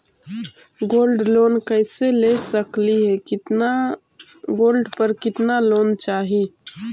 Gold loan कैसे ले सकली हे, कितना गोल्ड पर कितना लोन चाही?